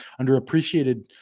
underappreciated